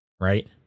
right